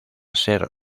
ser